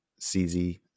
CZ